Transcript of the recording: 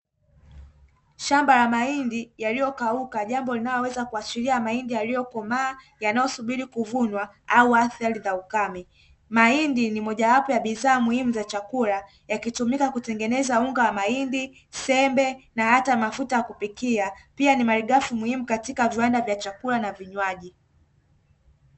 Shamba la mahindi yaliyokauka, jambo linaloweza kuashiria mahindi yaliyokomaa yanayosubiri kuvunwa, au kwa athari za ukame. Mahindi ni mojawapo ya bidhaa muhimu za chakula, yakitumika kutengeneza; unga wa mahindi, sembe na hata mafuta ya kupikia ni malighafi yanayotumika katika viwanda vya chakula na vinywaji.